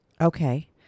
Okay